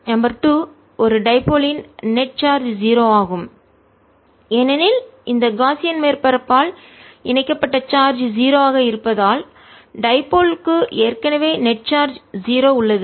number 2 ஒரு டைபோல்இருமுனை யின் நெட் நிகர சார்ஜ் 0 ஆகும் ஏனெனில் இந்த காஸியன் மேற்பரப்பால் இணைக்கப்பட்ட சார்ஜ் 0 ஆக இருப்பதால் டைபோல்இருமுனை க்கு ஏற்கனவே நெட் நிகர சார்ஜ் 0 உள்ளது